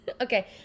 Okay